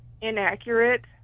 inaccurate